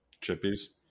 Chippies